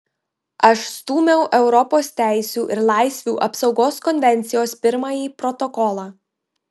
aš stūmiau europos teisių ir laisvių apsaugos konvencijos pirmąjį protokolą